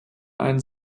einen